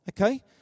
Okay